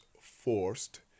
forced